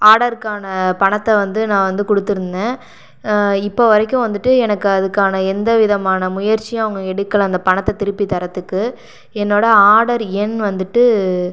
ஆடருக்கான பணத்தை வந்து நான் வந்து கொடுத்துருந்தேன் இப்போ வரைக்கும் வந்துட்டு எனக்கு அதுக்கான எந்த விதமான முயற்சியும் அவங்க எடுக்கலை அந்த பணத்தை திருப்பி தரத்துக்கு என்னோடய ஆடர் எண் வந்துட்டு